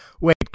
Wait